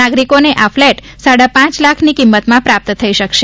નાગરિકોને આ ફ્લેટ સાડા પાંચ લાખની કિંમતમાં પ્રાપ્ત થઇ શકશે